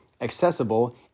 accessible